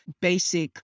basic